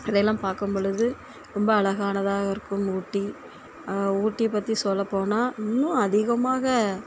அதை எல்லாம் பார்க்கும் பொழுது ரொம்ப அழகானதாக இருக்கும் ஊட்டி ஊட்டியை பற்றி சொல்லப்போனால் இன்னும் அதிகமாக